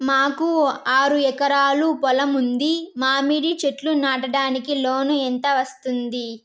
మాకు ఆరు ఎకరాలు పొలం ఉంది, మామిడి చెట్లు నాటడానికి లోను ఎంత వస్తుంది?